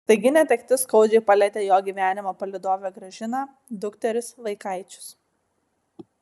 staigi netektis skaudžiai palietė jo gyvenimo palydovę gražiną dukteris vaikaičius